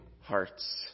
hearts